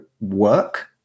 work